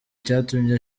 icyatumye